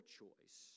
choice